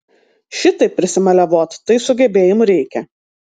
šitaip prisimaliavot tai sugebėjimų reikia